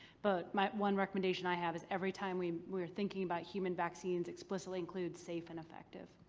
but my one recommendation i have is every time we we are thinking about human vaccines explicitly include safe and effective.